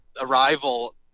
arrival